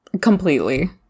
Completely